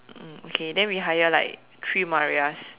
mm okay then we hire like three Marias